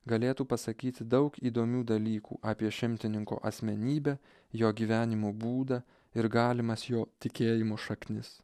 galėtų pasakyti daug įdomių dalykų apie šimtininko asmenybę jo gyvenimo būdą ir galimas jo tikėjimo šaknis